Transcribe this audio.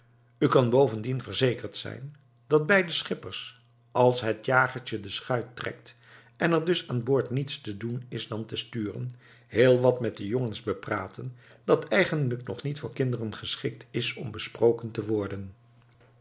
u kan bovendien verzekerd zijn dat beide schippers als het jagertje de schuit trekt en er dus aanboord niets te doen is dan te sturen heel wat met de jongens bepraten dat eigenlijk nog niet voor kinderen geschikt is om besproken te worden